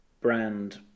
brand